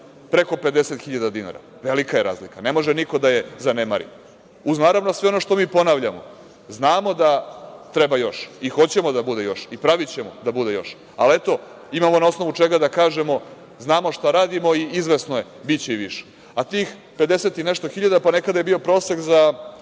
preko 50.000 dinara. Velika je razlika, ne može niko da je zanemari. Uz, naravno sve ono što mi ponavljamo. Znamo da treba još i hoćemo da bude još i pravićemo da bude još, ali eto, imamo na osnovu čega da kažemo - znamo šta radimo i izvesno je biće i više. A tih 50 i nešto hiljada, nekada je bio prosek za